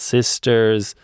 Sisters